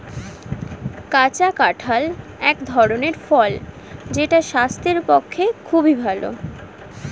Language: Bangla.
কাঁচা কাঁঠাল এক ধরনের ফল যেটা স্বাস্থ্যের পক্ষে খুবই ভালো